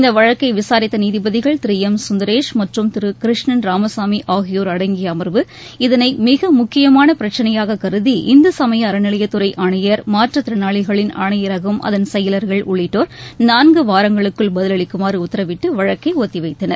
இந்த வழக்கை விசாரித்த நீதிபதிகள் திரு எம் சுந்தரேஷ் மற்றும் திரு கிருஷ்ணன் ராமசாமி ஆகியோர் அடங்கிய அமர்வு இதனை மிக முக்கியமான பிரச்சினையாக கருதி இந்து சமய அறநிலையத்துறை ஆனையர் மாற்றத்திறனாளிகள் ஆணையரகம் அதன் செயலர்கள் உள்ளிட்டோர் நான்கு வாரங்களுக்குள் பதிலளிக்குமாறு உத்தரவிட்டு வழக்கை ஒத்திவைத்தனர்